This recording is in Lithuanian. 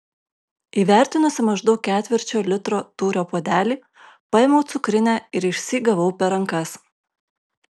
įvertinusi maždaug ketvirčio litro tūrio puodelį paėmiau cukrinę ir išsyk gavau per rankas